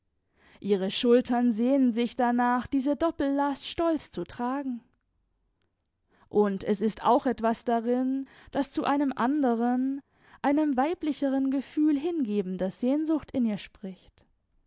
ihre schultern sehnen sich danach diese doppellast stolz zu tragen und es ist auch etwas darin das zu einem anderen einem weiblicheren gefühl hingebender sehnsucht in ihr spricht